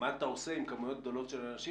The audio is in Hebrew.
מה אתה עושה עם כמויות גדולות של אנשים